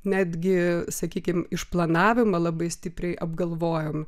netgi sakykim išplanavimą labai stipriai apgalvojom